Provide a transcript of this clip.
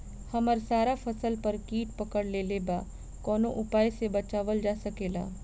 हमर सारा फसल पर कीट पकड़ लेले बा कवनो उपाय से बचावल जा सकेला?